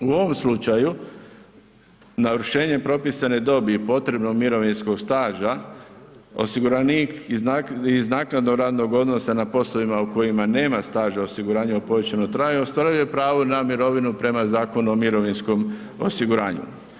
U ovom slučaju navršenjem propisane dobi i potrebnog mirovinskog staža osiguranik iz naknadnog radnog odnosa na poslovima u kojima nema staža osiguranja u povećanom trajanju ostvaruje pravo na mirovinu prema Zakonu o mirovinskom osiguranju.